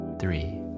three